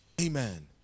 Amen